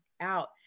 out